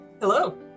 Hello